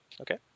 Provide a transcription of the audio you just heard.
Okay